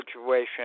situation